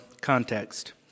context